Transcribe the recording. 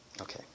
Okay